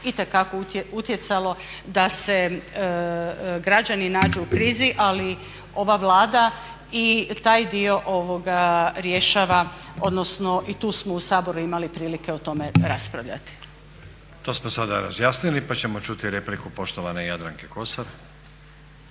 itekako utjecalo da se građani nađu u krizi. Ali ova Vlada i taj dio rješava, odnosno i tu smo u Saboru imali prilike o tome raspravljati. **Stazić, Nenad (SDP)** To smo sada razjasnili, pa ćemo čuti repliku poštovane Jadranke Kosor.